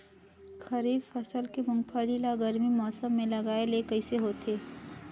खरीफ फसल के मुंगफली ला गरमी मौसम मे लगाय ले कइसे होतिस?